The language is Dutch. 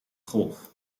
golf